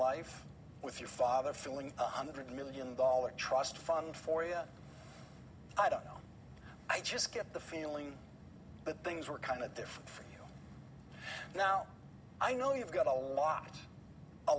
life with your father filling one hundred million dollar trust fund for you i don't know i just get the feeling that things were kind of different for you now i know you've got a lot a